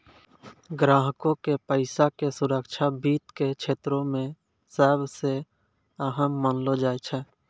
ग्राहको के पैसा के सुरक्षा वित्त के क्षेत्रो मे सभ से अहम मानलो जाय छै